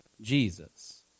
Jesus